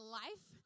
life